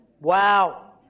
wow